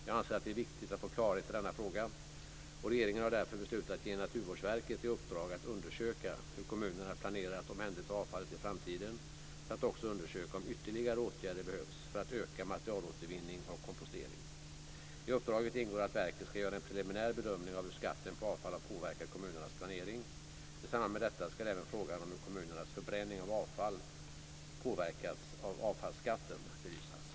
Jag anser att det är viktigt att få klarhet i denna fråga, och regeringen har därför beslutat att ge Naturvårdsverket i uppdrag att undersöka hur kommunerna planerar att omhänderta avfallet i framtiden samt undersöka om ytterligare åtgärder behövs för att öka materialåtervinning och kompostering. I uppdraget ingår att verket ska göra en preliminär bedömning av hur skatten på avfall har påverkat kommunernas planering. I samband med detta ska även frågan om hur kommunernas förbränning av avfall påverkats av avfallsskatten belysas.